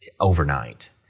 overnight